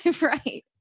Right